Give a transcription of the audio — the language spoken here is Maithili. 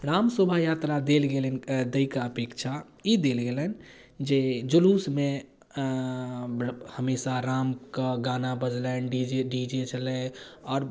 राम शोभायात्रा देल गेलनि दैके अपेक्षा ई देल गेलनि जे जुलूसमे हमेशा रामके गाना बजलनि डी जे डी जे छलै आओर